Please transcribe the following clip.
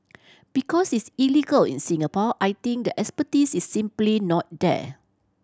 because it's illegal in Singapore I think the expertise is simply not there